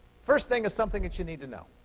first thing is something that you need to know.